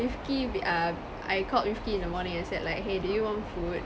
rifky err I called rifky in the morning I said like !hey! do you want food